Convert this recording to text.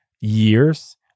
years